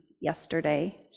yesterday